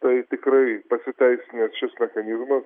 tai tikrai pasiteisinęs šis mechanizmas